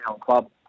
club